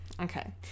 Okay